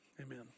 Amen